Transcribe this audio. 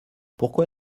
pourquoi